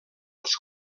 els